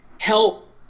help